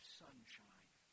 sunshine